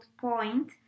point